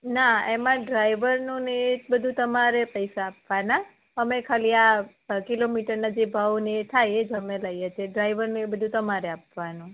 ના એમાં ડ્રાઇવરનું ને એ બધું તમારે પૈસા આપવાના અમે ખાલી આ કિલોમીટરના જે ભાવ ને થાય એ જ અમે લઇ છીએ ડ્રાઇવરને એવું બધું તમારે આપવાનું